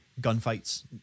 gunfights